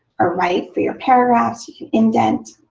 or right for your paragraphs. you can indent.